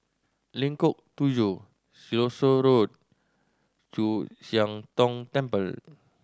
Lengkong Tujuh Siloso Road Chu Siang Tong Temple